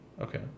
Okay